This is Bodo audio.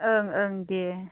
ओं ओं दे